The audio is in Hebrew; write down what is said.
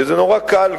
שנורא קל,